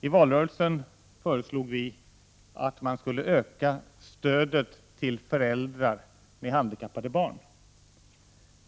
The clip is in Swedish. I valrörelsen föreslog folkpartiet att stödet till föräldrar med handikappade barn skulle ökas.